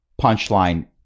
punchline